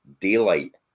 daylight